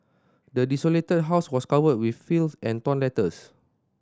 the desolated house was covered with filth and torn letters